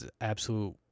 absolute